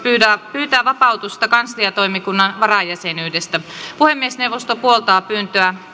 pyytää vapautusta kansliatoimikunnan varajäsenyydestä puhemiesneuvosto puoltaa pyyntöä